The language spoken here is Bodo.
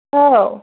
औ